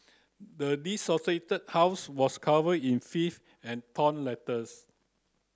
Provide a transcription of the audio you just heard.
the house was covered in filth and torn letters